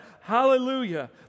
hallelujah